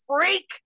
freak